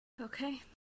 Okay